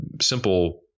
simple